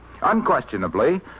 Unquestionably